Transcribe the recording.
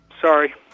Sorry